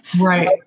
Right